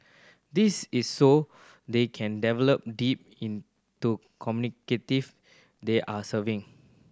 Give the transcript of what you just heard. this is so they can develop deep into they are serving